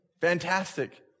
fantastic